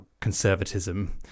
conservatism